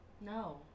no